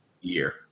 year